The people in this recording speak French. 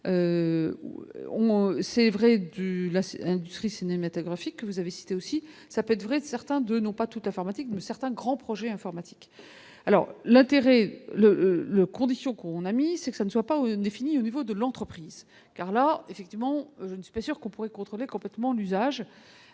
c'est vrai du la ce industrie cinématographique que vous avez cité aussi. ça peut être vrai de certains de, non pas tout informatique ne certains grands projets informatiques alors l'intérêt le le conditions qu'on a mis, c'est que ça ne soit pas défini au niveau de l'entreprise car là effectivement je ne suis pas sûr qu'on pourrait contrôler complètement l'usage,